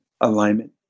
alignment